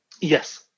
Yes